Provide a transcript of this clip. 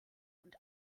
und